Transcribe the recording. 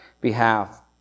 behalf